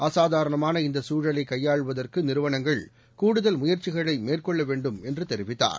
அசாதாரணமான இந்த சூழலைக் கையாளுவதற்கு நிறுவனங்கள் கூடுதல் முயற்சிகளை மேற்கொள்ள வேண்டும் என்று தெரிவித்தார்